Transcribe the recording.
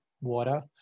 water